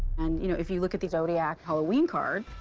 and, you know, if you look at the zodiac halloween card,